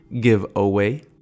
giveaway